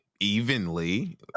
evenly